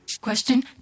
question